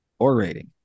orating